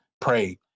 pray